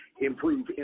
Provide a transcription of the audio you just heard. improve